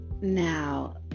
Now